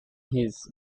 his